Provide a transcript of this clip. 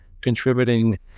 contributing